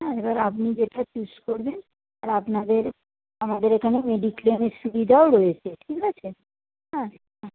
হ্যাঁ এবার আপনি যেটা চুস করবেন আর আপনাদের আমাদের এখানে মেডিক্লেমের সুবিধাও রয়েছে ঠিক আছে হ্যাঁ হ্যাঁ